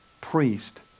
priest